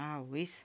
आवयस